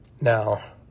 Now